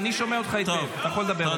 אני שומע אותך היטב, אתה יכול לדבר.